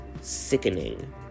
Sickening